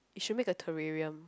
it should make a terrarium